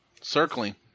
Circling